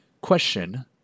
Question